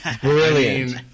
Brilliant